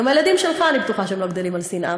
גם הילדים שלך, אני בטוחה שהם לא גדלים על שנאה.